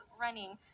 running